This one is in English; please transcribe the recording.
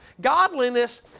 Godliness